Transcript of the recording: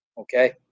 Okay